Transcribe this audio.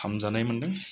हामजानाय मोनदों